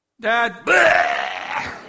Dad